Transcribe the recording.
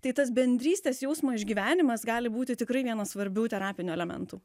tai tas bendrystės jausmo išgyvenimas gali būti tikrai vienas svarbių terapinių elementų